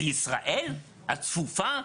בישראל הצפופה?